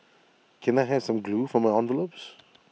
can I have some glue for my envelopes